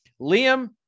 liam